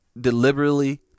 deliberately